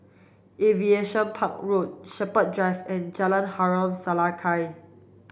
Aviation Park Road Shepherd Drive and Jalan Harom Setangkai